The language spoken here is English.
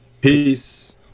Peace